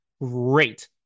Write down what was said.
great